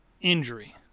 injury